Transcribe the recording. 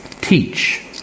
teach